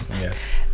Yes